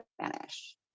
Spanish